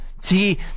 see